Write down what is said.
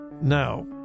Now